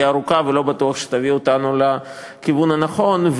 ארוכה ולא בטוח שהיא תביא אותנו לכיוון הנכון.